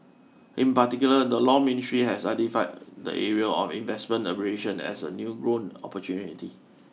in particular the Law Ministry has identified the area of investment arbitration as a new growth opportunity